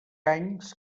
anys